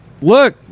Look